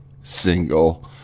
single